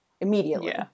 immediately